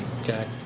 okay